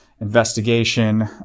investigation